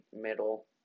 middle